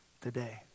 today